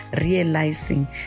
realizing